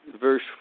verse